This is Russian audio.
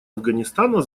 афганистана